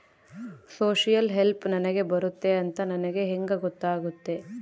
Social help ನನಗೆ ಬರುತ್ತೆ ಅಂತ ನನಗೆ ಹೆಂಗ ಗೊತ್ತಾಗುತ್ತೆ?